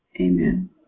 Amen